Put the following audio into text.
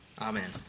Amen